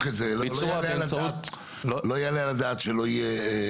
לביצוע --- לא יעלה על הדעת שלא יהיה.